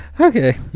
Okay